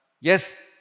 Yes